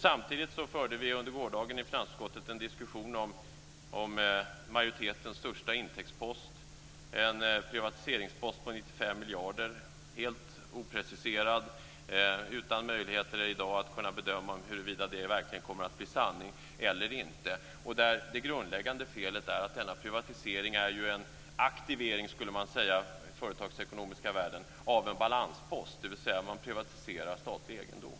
Samtidigt förde vi under gårdagen i finansutskottet en diskussion om majoritetens största intäktspost, en privatiseringspost på 95 miljarder, helt opreciserad och utan möjligheter att i dag bedöma huruvida det verkligen kommer att bli sanning eller inte. Det grundläggande felet är att denna privatisering är en aktivering, som man skulle säga i den företagsekonomiska världen, av en balanspost, dvs. att man privatiserar statlig egendom.